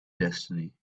destiny